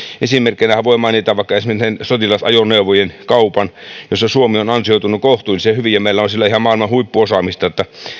esimerkkeinähän voi mainita vaikka näiden sotilasajoneuvojen kaupan jossa suomi on ansioitunut kohtuullisen hyvin ja meillä on ihan maailman huippuosaamista